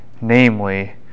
namely